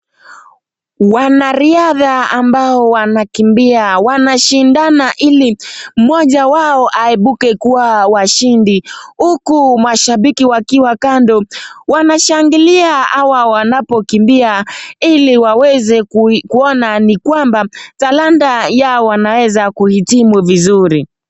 Wanariadha ambao wanakimbia. Wanashindana ili moja wao aebuke kuwa washindi huku mashabiki wakiwa kando wanashangilia hawa wanapokimbia ili waweze kuona ni kwamba talanta yao wanaweza kuhitimu vizuri.